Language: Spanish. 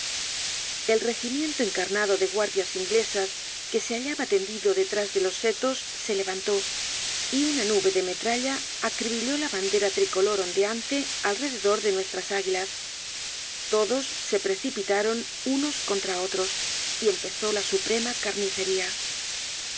el regimiento encarnado de guardias inglesas que se hallaba tendido detrás de los setos se levantó y una nube de metralla acribilló la bandera tricolor ondeante alrededor de nuestras águilas todos se precipitaron unos contra otros y empezó la suprema carnicería